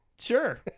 Sure